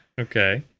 Okay